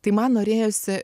tai man norėjosi